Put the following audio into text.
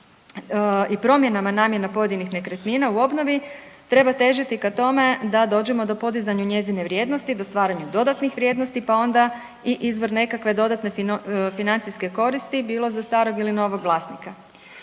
i promjenama namjena pojedinih nekretnina u obnovi treba težiti ka tome da dođemo do podizanja njezine vrijednosti, do stvaranja dodatnih vrijednosti pa onda i izvor nekakve dodatne financijske koristi bilo za starog ili novog vlasnika.